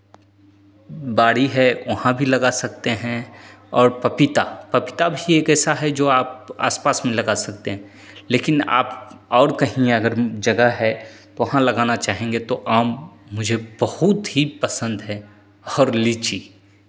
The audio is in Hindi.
बाड़ी है वहाँ भी लगा सकते हैं और पपीता भी एक ऐसा है जो आप आसपास में लगा सकते हैं लेकिन आप और कहीं अगर जगह है तो वहाँ लगाना चाहेंगे तो आम मुझे बहुत ही पसंद है और लीची